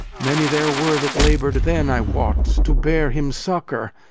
many there were that laboured then, i wot, to bear him succour,